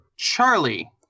Charlie